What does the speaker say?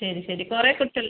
ശരി ശരി കുറെ കുട്ടികൾ